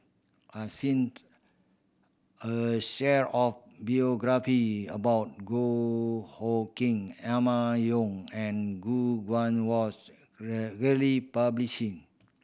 a a series of biography about Goh Hood Keng Emma Yong and Gu Guan was really published